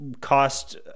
cost